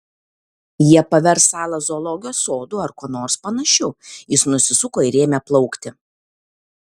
jie pavers salą zoologijos sodu ar kuo nors panašiu jis nusisuko ir ėmė plaukti